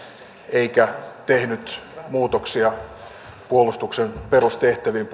eikä tehnyt puolustusvoimain osalta muutoksia puolustuksen perustehtäviin